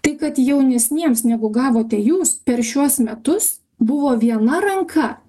tai kad jaunesniems negu gavote jūs per šiuos metus buvo viena ranka